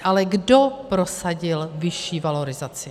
Ale kdo prosadil vyšší valorizaci?